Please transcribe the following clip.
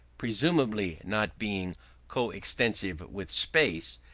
presumably not being co-extensive with space,